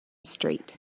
straight